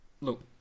look